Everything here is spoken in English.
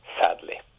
sadly